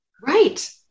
Right